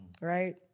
right